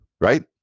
Right